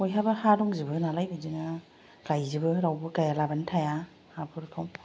बयहाबो हा दंजोबो नालाय बिदिनो गायजोबो रावबो गायालाबानो थाया हाफोरखौ